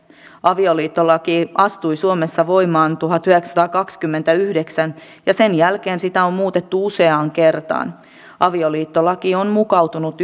avioliittolaki astui suomessa voimaan tuhatyhdeksänsataakaksikymmentäyhdeksän ja sen jälkeen sitä on muutettu useaan kertaan avioliittolaki on mukautunut